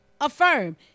affirm